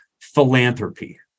philanthropy